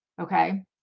Okay